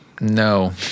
No